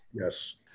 Yes